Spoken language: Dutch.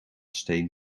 steen